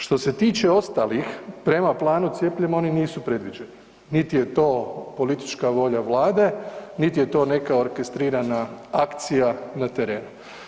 Što se tiče ostalih, prema planu cijepljenja, oni nisu predviđeni niti je to politička volja Vlade niti je to neka orkestrirana akcija na terenu.